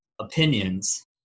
opinions